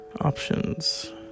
Options